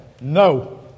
No